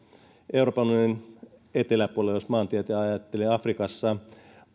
euroopan unionin eteläpuolella jos maantieteellisesti ajattelee afrikassa